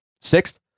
sixth